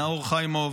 נאור חיימוב,